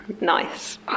Nice